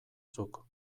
zuk